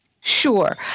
Sure